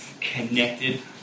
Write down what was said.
connected